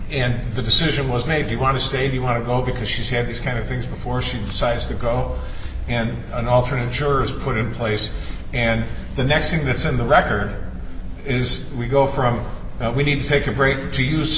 and the decision was made you want to stay if you want to go because she's had these kind of things before she decides to go and an alternate jurors put in place and the next thing that's in the record is we go from we need to take a break to use